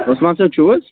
عثمان صٲب چھِو حظ